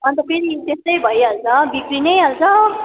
अन्त फेरि त्यस्तो भइहाल्छ बिग्री नै हाल्छ